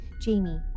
Jamie